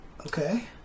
Okay